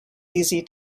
easy